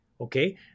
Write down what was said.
Okay